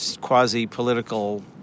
quasi-political